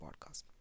podcast